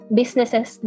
businesses